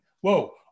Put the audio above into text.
Whoa